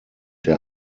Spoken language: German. der